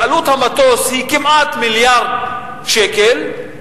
כשעלות המטוס היא כמעט מיליארד שקל,